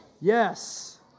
Yes